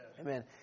Amen